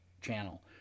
channel